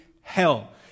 hell